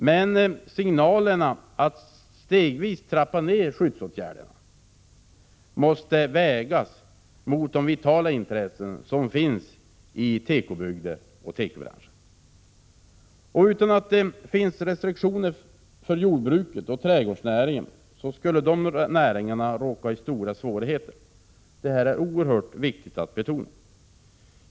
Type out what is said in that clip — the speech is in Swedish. Men signalerna att stegvis trappa ned skyddsåtgärderna måste vägas mot de vitala intressen som finns i tekobygder och tekobranscher. Om inte gällande restriktioner fanns för jordbruksoch trädgårdsnäringen skulle dessa näringar råka i stora svårigheter. Detta är oerhört viktigt att betona.